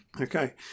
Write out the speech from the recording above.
Okay